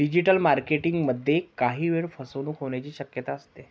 digital marketing मध्ये काही वेळा फसवणूक होण्याची शक्यता असते